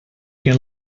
can